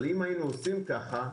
אבל אם היינו עושים כך,